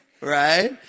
right